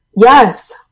Yes